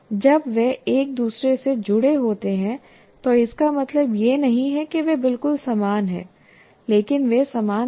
जब वे एक दूसरे से जुड़े होते हैं तो इसका मतलब यह नहीं है कि वे बिल्कुल समान हैं लेकिन वे समान हैं